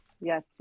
yes